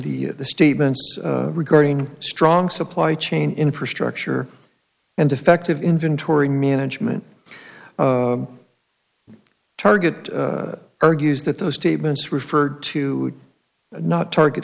the statements regarding strong supply chain infrastructure and defective inventory management target argues that those statements referred to not target